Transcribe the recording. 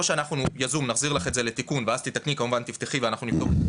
שבאופן יזום נחזיר לך לתיקון ואז כמובן תפתחי ותתקני,